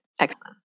Excellent